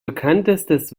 bekanntestes